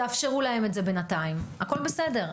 תאפשרו להם את זה בינתיים הכל בסדר.